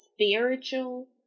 spiritual